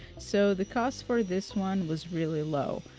so the cost for this one was really low.